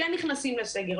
כן נכנסים לסגר,